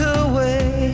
away